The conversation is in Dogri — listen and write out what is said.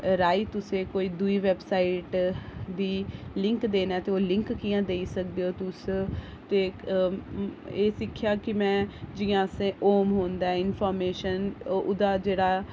दे राहीं तुसें कोई दूई वैबसाइट दी लिंक देना ऐ ते ओह् लिंक कि'यां देई सकदेओ तुस ते इक ऐ सिक्खेआ कि में जियां असें होम होंदा ऐ इनफोर्मेशन ओह्दा जेह्ड़ा